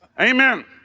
Amen